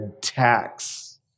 tax